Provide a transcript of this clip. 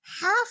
half